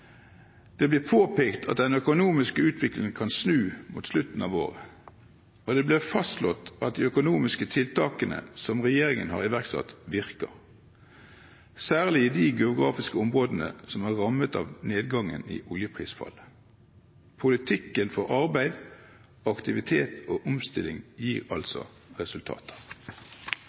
Det blir påpekt at den økonomiske utviklingen kan snu mot slutten av året, og det blir fastslått at de økonomiske tiltakene som regjeringen har iverksatt, virker, særlig i de geografiske områdene som er rammet av nedgangen i oljeprisfallet. Politikken for arbeid, aktivitet og omstilling gir altså resultater.